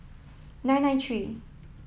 nine nine three